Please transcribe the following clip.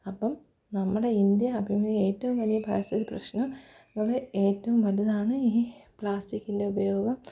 അപ്പോള് നമ്മുടെ ഇൻഡ്യ അഭിമുഖി ഏറ്റവും വലിയ പരിസ്ഥിതി പ്രശ്നം കുറേ ഏറ്റവും വലുതാണ് ഈ പ്ലാസ്റ്റിക്കിൻ്റെ ഉപയോഗം